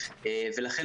ולכן,